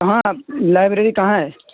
وہاں لائیبریری کہاں ہے